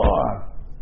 far